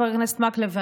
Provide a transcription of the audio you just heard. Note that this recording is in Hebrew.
חבר הכנסת מקלב,